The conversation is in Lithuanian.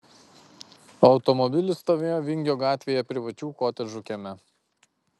automobilis stovėjo vingio gatvėje privačių kotedžų kieme